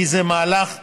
כי זה מהלך נכון.